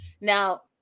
now